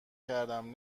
کردم